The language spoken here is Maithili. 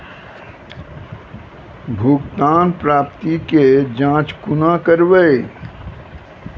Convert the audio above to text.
भुगतान प्राप्ति के जाँच कूना करवै?